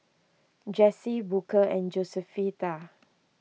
Jessie Booker and Josefita